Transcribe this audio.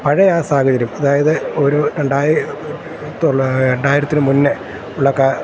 പഴയ ആ സാഹചര്യം അതായത് ഒരു രണ്ടായിരത്തിന് മുന്നേ ഉള്ള